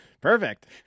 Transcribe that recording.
perfect